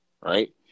Right